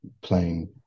playing